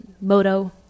moto